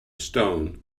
stone